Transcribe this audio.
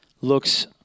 looks